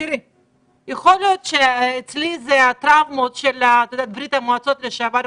יכול להיות שאצלי זה הטראומות של ברית המועצות לשעבר,